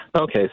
Okay